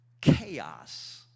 chaos